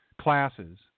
classes